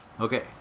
Okay